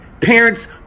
Parents